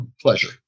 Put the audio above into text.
pleasure